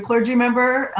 clergy member,